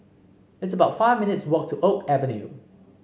it's about five minutes' walk to Oak Avenue